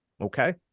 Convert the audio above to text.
Okay